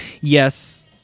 yes